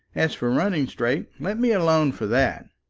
as for running straight, let me alone for that.